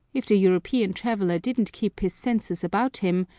if the european traveller didn't keep his senses about him,